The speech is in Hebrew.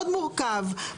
מאוד מורכב,